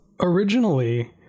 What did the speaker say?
originally